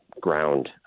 ground